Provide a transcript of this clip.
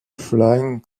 flying